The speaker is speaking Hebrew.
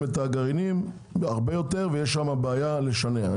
את הגרעינים הרבה יותר ויש שם בעיה לשנע.